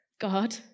God